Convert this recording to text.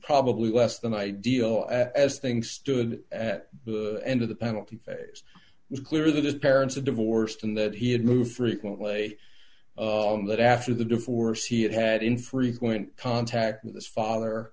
probably less than ideal as things stood at the end of the penalty phase it's clear that his parents are divorced and that he had moved frequently that after the divorce he had had in frequent contact with his father